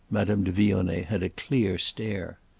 madame de vionnet had a clear stare.